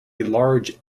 large